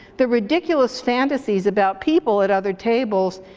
the ridiculous fantasies about people at other tables,